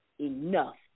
enough